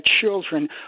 children